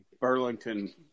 Burlington